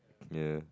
ya